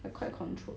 like quite controlled